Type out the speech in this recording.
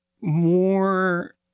more